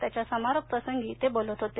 त्याच्या समारोपप्रसंगी ते बोलत होते